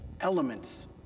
elements